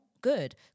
good